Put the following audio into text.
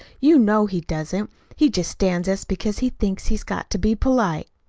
you know he doesn't. he just stands us because he thinks he's got to be polite.